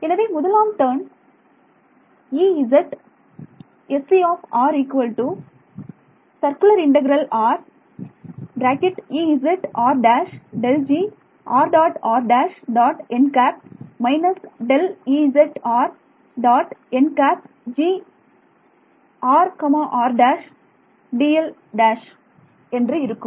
எனவே முதலாம் டேர்ம் இவ்வாறு இருக்கும்